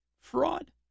fraud